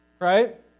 right